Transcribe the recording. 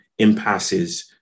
impasses